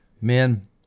men